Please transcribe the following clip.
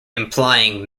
implying